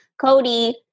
Cody